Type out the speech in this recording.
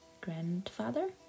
Grandfather